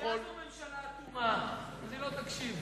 ממילא זו ממשלה אטומה, אז היא לא תקשיב.